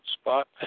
spot